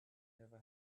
never